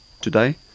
today